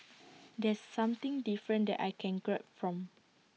that's something different that I can grab from